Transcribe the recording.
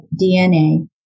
DNA